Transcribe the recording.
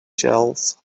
shelves